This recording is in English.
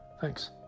Thanks